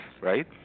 right